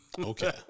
okay